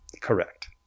Correct